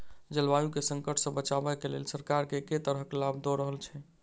जलवायु केँ संकट सऽ बचाबै केँ लेल सरकार केँ तरहक लाभ दऽ रहल छै?